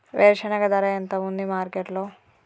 వేరుశెనగ ధర ఎంత ఉంది మార్కెట్ లో?